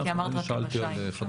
כי אמרת רק לגבי היבשה.